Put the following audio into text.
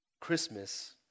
Christmas